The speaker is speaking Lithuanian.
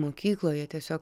mokykloje tiesiog